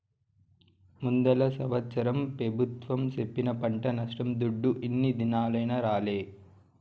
ముందల సంవత్సరం పెబుత్వం సెప్పిన పంట నష్టం దుడ్డు ఇన్ని దినాలైనా రాలే